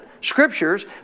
Scriptures